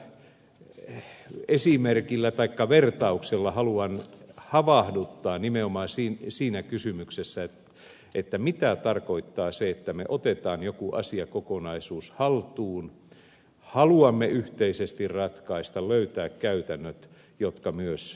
tällä esimerkillä taikka vertauksella haluan havahduttaa nimenomaan siihen kysymykseen mitä tarkoittaa se että otetaan joku asiakokonaisuus haltuun halutaan yhteisesti ratkaista löytää käytännöt jotka myös toimivat